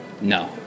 No